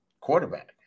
quarterback